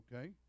okay